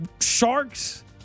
sharks